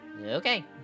Okay